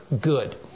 good